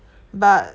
but